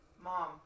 Mom